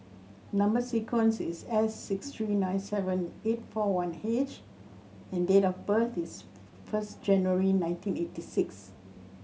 number sequence is S six three nine seven eight four one H and date of birth is first January nineteen eighty six